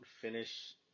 finish